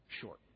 short